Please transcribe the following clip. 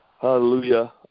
Hallelujah